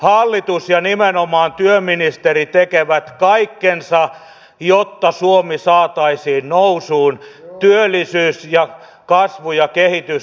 hallitus ja nimenomaan työministeri tekevät kaikkensa jotta suomi saataisiin nousuun työllisyys ja kasvu ja kehitysuralle